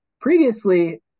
Previously